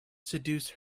seduce